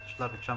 התשל"ו 1975,